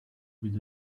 with